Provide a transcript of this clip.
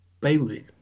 Bailey